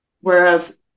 Whereas